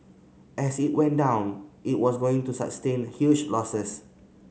as it went down it was going to sustain huge losses